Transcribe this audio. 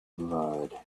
blood